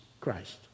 Christ